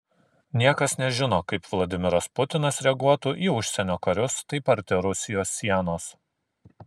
niekas nežino kaip vladimiras putinas reaguotų į užsienio karius taip arti rusijos sienos